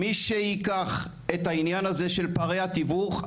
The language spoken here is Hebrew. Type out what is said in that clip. מי שייקח את העניין הזה של פערי התיווך,